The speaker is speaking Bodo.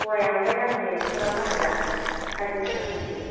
फवायावहाय आङो एकस' थाखा फानो दा सारिस' थाखा के जि